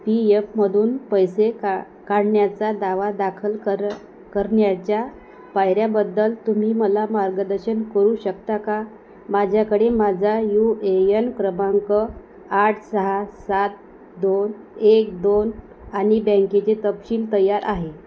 P एफमधून पैसे का काढण्याचा दावा दाखल कर करण्याच्या पायऱ्याबद्दल तुम्ही मला मार्गदर्शन करू शकता का माझ्याकडे माझा यू ए यन क्रमांक आठ सहा सात दोन एक दोन आणि बँकेचे तपशील तयार आहे